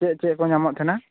ᱪᱮᱫᱽ ᱪᱮᱫᱽ ᱠᱚ ᱧᱟᱢᱚᱜ ᱛᱟᱦᱮᱱᱟ